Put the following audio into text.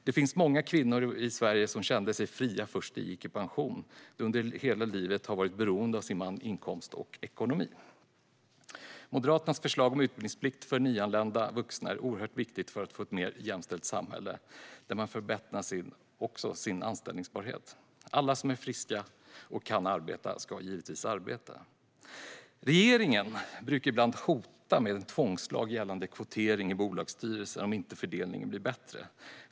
Det finns många kvinnor i Sverige som kände sig fria först när de gick i pension, efter att de under hela livet varit beroende av sin mans inkomst och ekonomi. Moderaternas förslag om utbildningsplikt för nyanlända vuxna är oerhört viktigt för ett mer jämställt samhälle där man förbättrar sin anställbarhet. Alla som är friska och kan arbeta ska givetvis arbeta. Regeringen brukar ibland hota med en tvångslag gällande kvotering i bolagsstyrelser om inte fördelningen blir bättre.